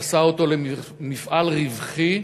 עשה אותו למפעל רווחי,